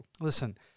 Listen